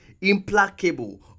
implacable